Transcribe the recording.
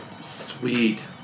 Sweet